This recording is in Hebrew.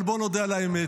אבל בואו נודה באמת,